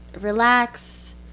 relax